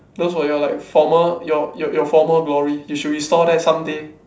those were your like former your your your former glory you should restore that someday